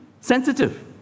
sensitive